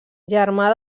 germà